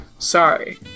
Sorry